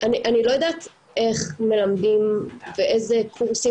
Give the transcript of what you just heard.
אני לא יודעת איך מלמדים ואיזה קורסים